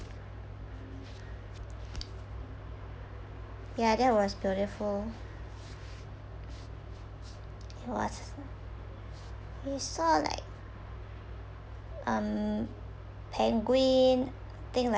ya that was beautiful it was we saw like um penguin I think